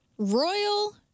Royal